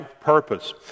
purpose